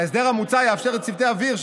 ההסדר המוצע יאפשר לצוותי האוויר,